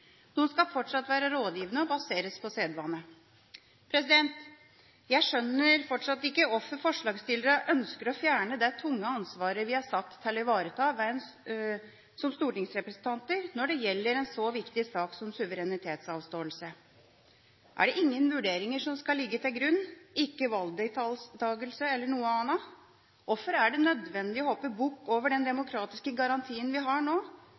De skal fortsatt være rådgivende og baseres på sedvane. Jeg skjønner fortsatt ikke hvorfor forslagsstillerne ønsker å fjerne det tunge ansvaret vi er satt til å ivareta som stortingsrepresentanter når det gjelder en så viktig sak som suverenitetsavståelse. Er det ingen vurderinger som skal ligge til grunn – ikke valgdeltakelse eller noe annet? Hvorfor er det nødvendig å hoppe bukk over den demokratiske garantien vi har